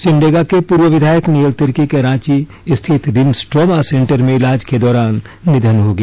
सिमडेगा के पूर्व विधायक नियेल तिर्की का रांची स्थित रिम्स ट्रामा सेंटर में इलाज के दौरान निधन हो गया